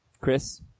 Chris